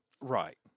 right